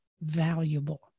valuable